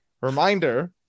reminder